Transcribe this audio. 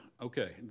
Okay